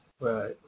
Right